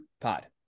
Pod